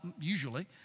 usually